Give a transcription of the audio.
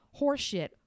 horseshit